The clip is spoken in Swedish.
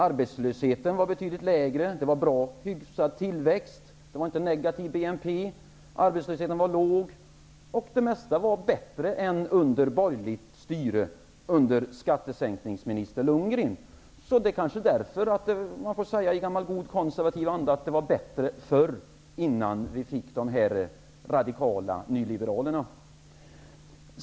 Arbetslösheten var betydligt lägre, och vi hade en hygglig tillväxt. BNP gick inte nedåt, arbetslösheten var låg och det mesta var bättre än under det borgerliga styret med skattesänkningsminister Lundgren. Det är kanske därför som man kan säga i gammal god konservativ anda att det var bättre förr, innan vi fick de radikala nyliberalerna.